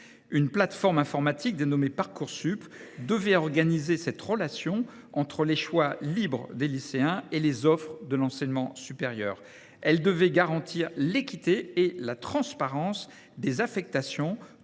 Une plateforme informatique, dénommée Parcoursup, devait faire coïncider les choix libres des lycéens et les offres de l’enseignement supérieur. Elle devait garantir l’équité et la transparence des affectations, tout en